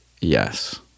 yes